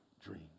dream